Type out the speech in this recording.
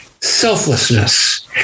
selflessness